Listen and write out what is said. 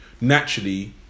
naturally